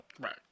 Right